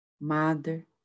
Mother